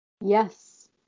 Yes